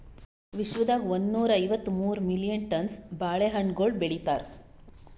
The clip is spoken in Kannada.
ವಿಶ್ವದಾಗ್ ಒಂದನೂರಾ ಐವತ್ತ ಮೂರು ಮಿಲಿಯನ್ ಟನ್ಸ್ ಬಾಳೆ ಹಣ್ಣುಗೊಳ್ ಬೆಳಿತಾರ್